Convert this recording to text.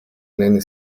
nanny